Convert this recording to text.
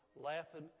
laughing